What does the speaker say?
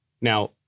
Now